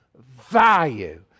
value